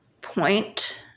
point